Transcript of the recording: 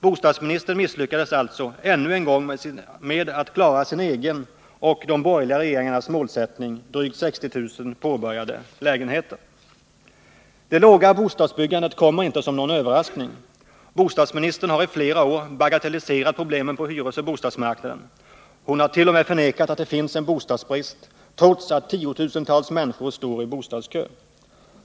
Bostadsministern misslyckades alltså ännu en gång med att klara sin egen och de borgerliga regeringarnas målsättning, som var drygt 60000 påbörjade lägenheter. Det låga bostadsbyggandet kommer inte som någon överraskning. Bostadsministern har i flera år bagatelliserat problemen på hyresoch bostadsmarknaden. Hon har t.o.m. förnekat att det finns en bostadsbrist, trots att tiotusentals människor står i bostadskö.